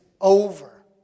over